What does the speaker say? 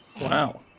Wow